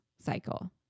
cycle